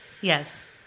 Yes